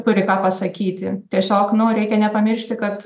turi ką pasakyti tiesiog nu reikia nepamiršti kad